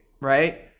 Right